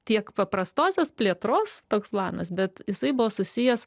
tiek paprastosios plėtros toks planas bet jisai buvo susijęs